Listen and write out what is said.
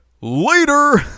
Later